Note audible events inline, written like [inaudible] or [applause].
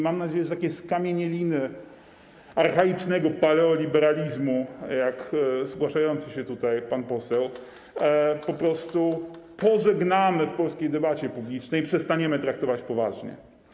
Mam nadzieję, że takie skamienieliny archaicznego paleoliberalizmu jak zgłaszający się tutaj pan poseł, [applause] po prostu pożegnamy w polskiej debacie publicznej i przestaniemy traktować poważnie.